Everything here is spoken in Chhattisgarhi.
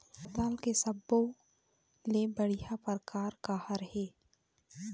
पताल के सब्बो ले बढ़िया परकार काहर ए?